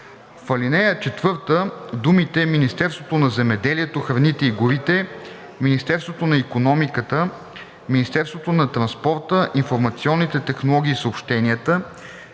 В ал. 4 думите „Министерството на земеделието, храните и горите, Министерството на икономиката, Министерството на транспорта, информационните технологии и съобщенията“